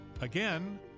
Again